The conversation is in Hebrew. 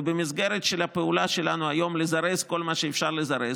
ובמסגרת של הפעולה שלנו היום לזרז כל מה שאפשר לזרז.